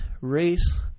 race